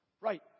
Right